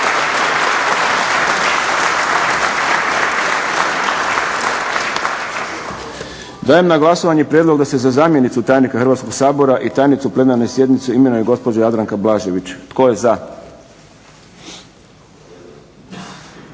Dajem na glasova ne prijedlog da se za zamjenicu tajnika Hrvatskog sabora i tajnicu plenarne sjednice imenuje gospođa Jadranka Blažević. Tko je za?